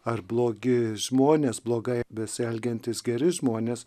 ar blogi žmonės blogai besielgiantys geri žmonės